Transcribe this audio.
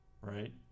right